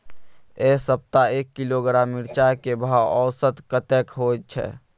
ऐ सप्ताह एक किलोग्राम मिर्चाय के भाव औसत कतेक होय छै?